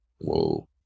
whoa